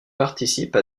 participe